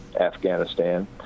Afghanistan